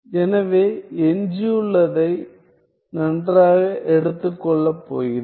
எனவே எஞ்சியுள்ளதை நன்றாக எடுத்துக் கொள்ளப் போகிறேன்